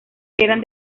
eran